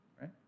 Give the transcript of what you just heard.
right